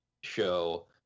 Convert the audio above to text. show